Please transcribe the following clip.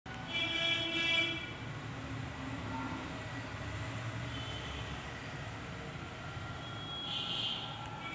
बिया हे कठीण, अखाद्य नट शेलचे आतील, सामान्यतः खाण्यायोग्य भाग असतात